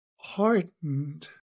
hardened